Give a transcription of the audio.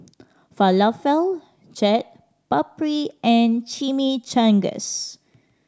Falafel Chaat Papri and Chimichangas